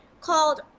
called